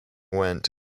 went